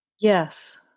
Yes